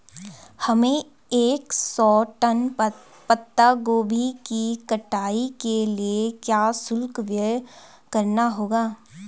हमें एक सौ टन पत्ता गोभी की कटाई के लिए क्या शुल्क व्यय करना होगा?